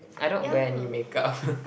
I don't wear any makeup